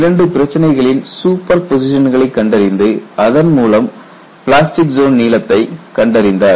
இரண்டு பிரச்சனைகளின் சூப்பர் போசிஷன்களை கண்டறிந்து அதன்மூலம் பிளாஸ்டிக் ஜோன் நீளத்தை கண்டறிந்தார்